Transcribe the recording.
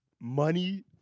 Money